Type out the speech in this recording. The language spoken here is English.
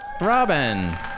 Robin